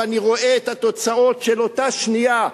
ואני רואה את התוצאות של אותה שנייה,